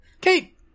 kate